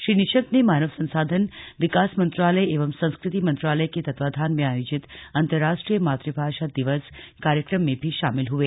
श्री निशंक मानव संसाधन विकास मंत्रालय एवं संस्कृ ति मंत्रालय के तत्वावधान में आयोजित अन्तरराष्ट्रीय मातुभाषा दिवस कार्यक्रम में भी शामिल हुए